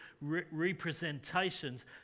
representations